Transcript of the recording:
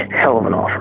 and hell of an offer.